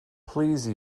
please